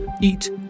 eat